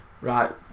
right